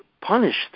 punished